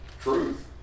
truth